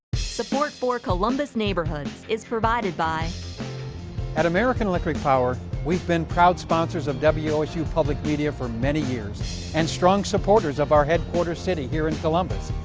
support for columbus neighborhoods is provided by at american electric power, we've been proud sponsors of wosu public media for many years and strong supporters of our headquarter city here in columbus,